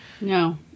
No